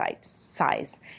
size